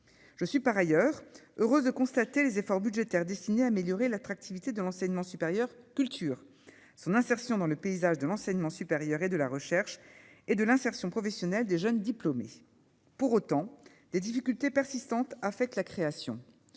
je suis par ailleurs heureuse de constater les efforts budgétaires destinées à améliorer l'attractivité de l'enseignement supérieur, culture, son insertion dans le paysage de l'enseignement supérieur et de la recherche et de l'insertion professionnelle des jeunes diplômés pour autant des difficultés persistantes fait la création,